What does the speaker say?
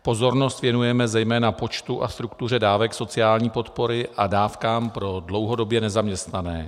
Pozornost věnujeme zejména počtu a struktuře dávek sociální podpory a dávkám pro dlouhodobě nezaměstnané.